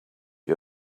you